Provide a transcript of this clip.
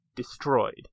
Destroyed